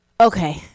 Okay